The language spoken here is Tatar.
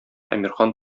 әмирхан